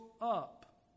up